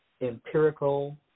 empirical